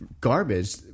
garbage